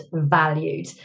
valued